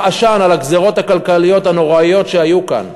עשן על הגזירות הכלכליות הנוראיות שהיו כאן.